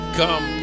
come